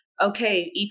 okay